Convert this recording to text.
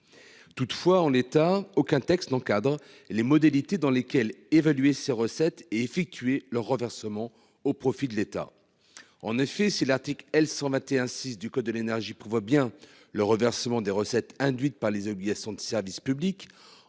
Toutefois, en l'état aucun texte n'encadre les modalités dans lesquelles évaluer ses recettes et effectuer leurs renversement au profit de l'État. En effet, c'est l'article L 121 6 du code de l'énergie prévoit bien le reversement des recettes induites par les obligations de service public